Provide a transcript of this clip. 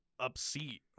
upseat